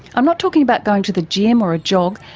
i'm not talking about going to the gym or a jog,